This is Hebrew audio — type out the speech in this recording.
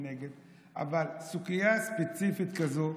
אבל סוגיה ספציפית כזאת,